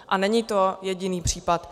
A není to jediný případ.